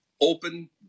open